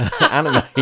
anime